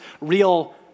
real